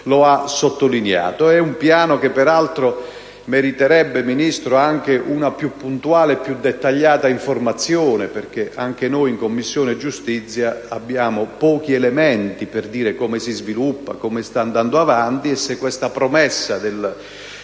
lo ha sottolineato. È un piano che peraltro meriterebbe, Ministro, una più puntuale e dettagliata informazione, perché anche noi in Commissione giustizia abbiamo pochi elementi per sapere come si sviluppa, come sta andando e se questa promessa di completamento